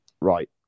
right